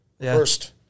first